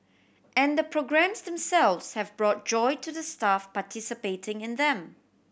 and the programmes themselves have brought joy to the staff participating in them